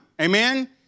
amen